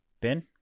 Ben